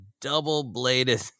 double-bladed